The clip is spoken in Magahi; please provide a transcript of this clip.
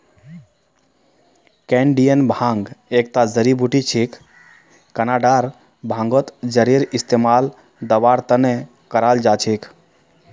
कैनेडियन भांग एकता जड़ी बूटी छिके कनाडार भांगत जरेर इस्तमाल दवार त न कराल जा छेक